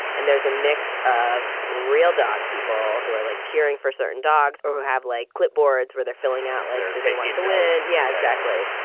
and there's a mix of real dog people who are like cheering for certain dogs or who have like clipboards where they're filling out later today waiting to win. yeah, exactly.